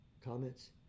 comments